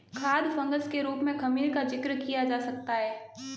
खाद्य फंगस के रूप में खमीर का जिक्र किया जा सकता है